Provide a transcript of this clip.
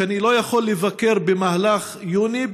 שאני לא יכול לבקר במהלך יוני,